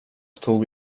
tog